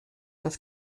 das